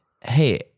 hey